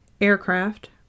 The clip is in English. aircraft